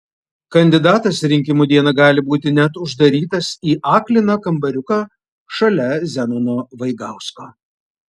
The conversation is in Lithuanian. kandidatas rinkimų dieną gali būti net uždarytas į akliną kambariuką šalia zenono vaigausko